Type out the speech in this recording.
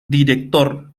director